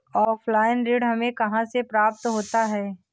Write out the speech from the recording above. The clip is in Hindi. ऑफलाइन ऋण हमें कहां से प्राप्त होता है?